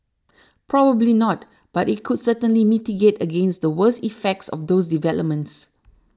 probably not but it could certainly mitigate against the worst effects of those developments